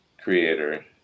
creator